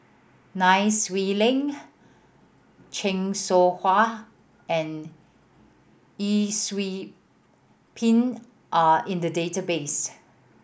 Nai Swee Leng Chan Soh Ha and Yee Siew Pun are in the database